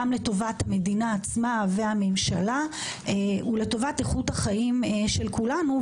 גם לטובת המדינה והממשלה וגם לטובת איכות החיים של כולנו,